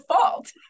fault